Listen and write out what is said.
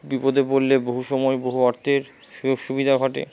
বিপদে পরলে বহু সময় বহু অর্থের সুযোগ সুবিধা ঘটে